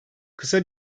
kısa